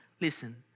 Listen